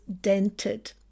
dented